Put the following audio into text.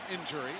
injury